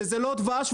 שזה לא דבש,